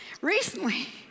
Recently